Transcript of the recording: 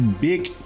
big